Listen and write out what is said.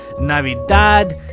Navidad